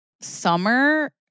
summer